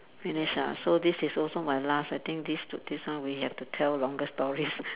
finish ah so this is also my last I think this to this one we have to tell longer stories